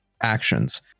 actions